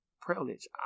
privilege